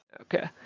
okay